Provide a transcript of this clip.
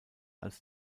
als